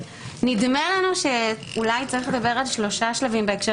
נדמה לנו שאולי צריך לדבר על שלושה שלבים בהקשר